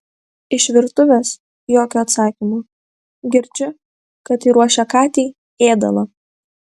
iš virtuvės jokio atsakymo girdžiu kad ji ruošia katei ėdalą